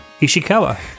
Ishikawa